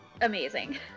amazing